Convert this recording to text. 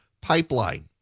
pipeline